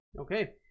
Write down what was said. Okay